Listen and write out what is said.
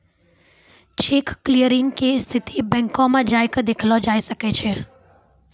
cheque clearing के स्थिति बैंको मे जाय के देखलो जाय सकै छै